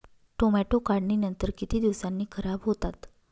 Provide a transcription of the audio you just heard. Tomato काढणीनंतर किती दिवसांनी खराब होतात?